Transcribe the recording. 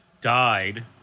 died